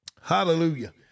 Hallelujah